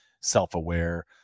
self-aware